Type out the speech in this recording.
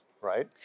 Right